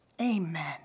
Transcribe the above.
Amen